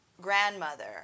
grandmother